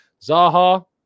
Zaha